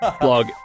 blog